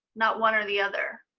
not one or the other,